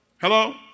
Hello